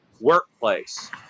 workplace